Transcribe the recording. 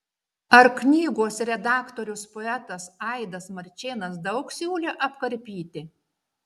ar knygos redaktorius poetas aidas marčėnas daug siūlė apkarpyti